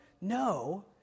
No